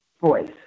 voice